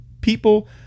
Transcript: people